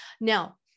now